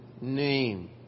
name